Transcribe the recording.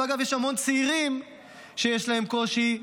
ואגב יש המון צעירים שיש להם קושי.